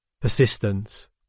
Persistence